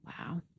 Wow